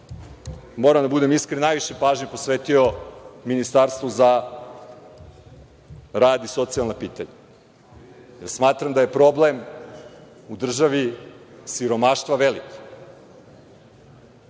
da budem iskren, ja sam najviše pažnje posvetio Ministarstvu za rad i socijalna pitanja, jer smatram da je problem u državi siromaštva veliki.